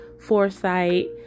foresight